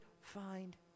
find